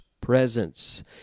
presence